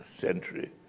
century